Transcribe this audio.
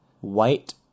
White